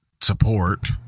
support